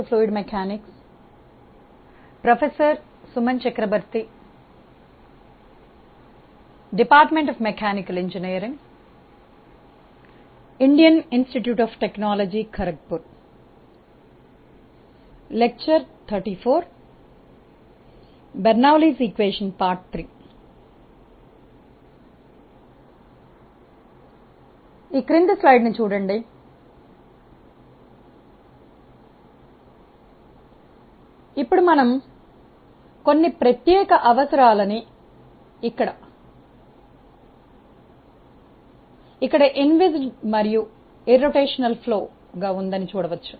page 1 ఇప్పుడు మనం కొన్ని ప్రత్యేక అవసరాలన్ని ఇన్విస్క్డ్ మరియు భ్రమణ రహిత చలనం గా ఉందని చూడవచ్చు